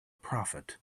prophet